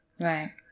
Right